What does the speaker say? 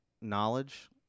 knowledge